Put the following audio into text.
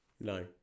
No